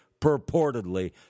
purportedly